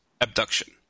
abduction